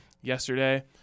yesterday